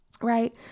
right